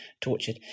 Tortured